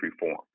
reform